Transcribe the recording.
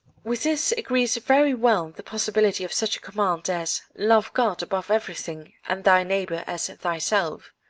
with this agrees very well the possibility of such a command as love god above everything, and thy neighbour as thyself.